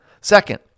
Second